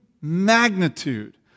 magnitude